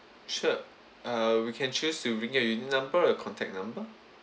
sure err we can choose to ring your number uh contact number